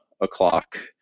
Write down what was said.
o'clock